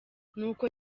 n’uko